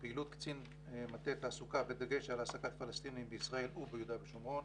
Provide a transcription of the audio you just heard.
פעילות קצין מטה תעסוקה בדגש על העסקת פלסטינים בישראל וביהודה ושומרון,